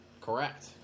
Correct